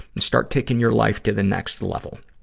and start taking your life to the next level.